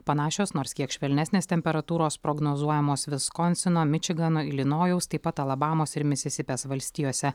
panašios nors kiek švelnesnės temperatūros prognozuojamos viskonsino mičigano ilinojaus taip pat alabamos ir misisipės valstijose